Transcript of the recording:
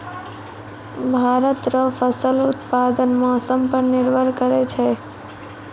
भारत रो फसल उत्पादन मौसम पर निर्भर करै छै